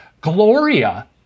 Gloria